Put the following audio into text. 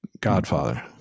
Godfather